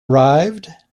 arrived